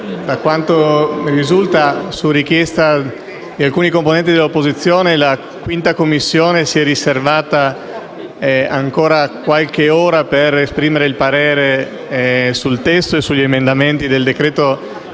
da quanto risulta, su richiesta di alcuni componenti dell'opposizione, la 5ª Commissione si è riservata ancora qualche ora per esprimere il parere sul testo e sugli emendamenti del disegno